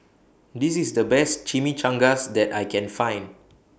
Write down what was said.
This IS The Best Chimichangas that I Can Find